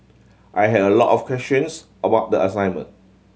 I had a lot of questions about the assignment